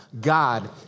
God